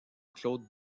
claude